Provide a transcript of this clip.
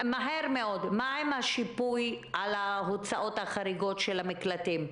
מה עם השיפוי על ההוצאות החריגות של המקלטים?